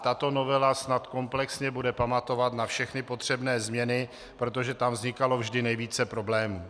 Tato novela snad komplexně bude pamatovat na všechny potřebné změny, protože tam vznikalo vždy nejvíce problémů.